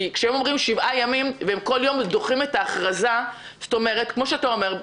כשהם אומרים "שבעה ימים" ובכל יום הם דוחים את ההכרזה כפי שאתה אומר,